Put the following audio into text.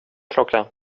klockan